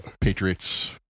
Patriots